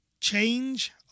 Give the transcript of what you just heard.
change